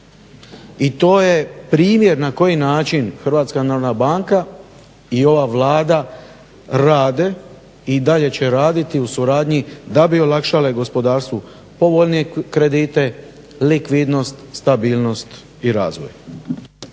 i to je primjer na koji način HNB i ova Vlada rade i dalje će raditi u suradnji da bi olakšale gospodarstvu povoljnije kredite, likvidnost, stabilnost i razvoj.